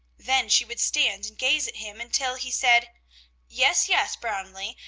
then she would stand and gaze at him until he said yes, yes, braunli,